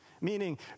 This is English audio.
meaning